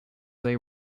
they